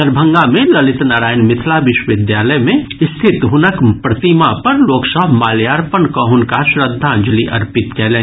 दरभंगा मे ललित नारायण मिथिला विश्वविद्यालय मे स्थित हुनक प्रतिमा पर लोक सभ माल्यार्पण कऽ हुनका श्रद्धांजलि अर्पित कयलनि